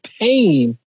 pain